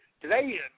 today